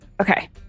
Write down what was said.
Okay